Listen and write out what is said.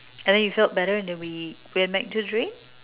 and then you felt better and then we went back into the train